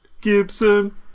Gibson